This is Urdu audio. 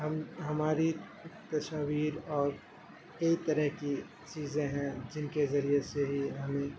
ہم ہماری تصاویر اور کئی طرح کی چیزیں ہیں جن کے ذریعے سے ہی ہمیں